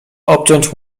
obciąć